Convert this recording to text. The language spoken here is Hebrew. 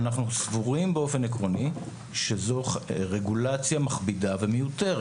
אנחנו סבורים באופן עקרוני שזו רגולציה מכבידה ומיותרת.